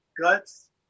Guts